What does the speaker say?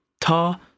ta